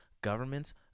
governments